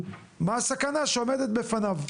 מה הסכנה שעומדת בפניו,